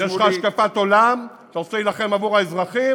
יש לך השקפת עולם, אתה רוצה להילחם עבור האזרחים?